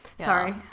Sorry